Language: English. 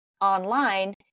online